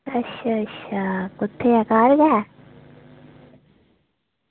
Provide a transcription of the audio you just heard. अच्छा अच्छा कुत्थे ऐ घर गै